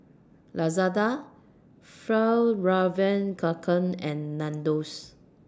Lazada Fjallraven Kanken and Nandos